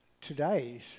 today's